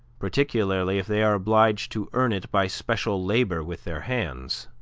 particularly if they are obliged to earn it by special labor with their hands.